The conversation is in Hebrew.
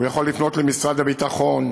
הוא יכול לפנות למשרד הביטחון,